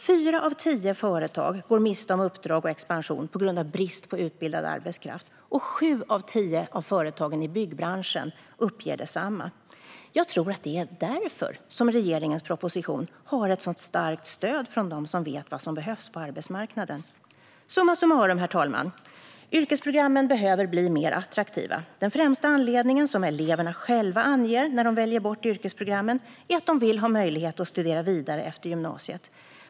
Fyra av tio företag går miste om uppdrag och expansion på grund av brist på utbildad arbetskraft, och sju av tio av företagen i byggbranschen uppger detsamma. Jag tror att det är därför regeringens proposition har ett så starkt stöd från dem som vet vad som behövs på arbetsmarknaden. Herr talman! Summa summarum: Yrkesprogrammen behöver bli mer attraktiva. Den främsta anledning som eleverna själva anger när de väljer bort yrkesprogrammen är att de vill ha möjlighet att studera vidare efter gymnasiet.